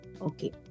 okay